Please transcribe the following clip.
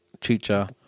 Chicha